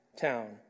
town